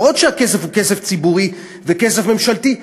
אפילו שהכסף הוא כסף ציבורי וכסף ממשלתי,